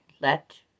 let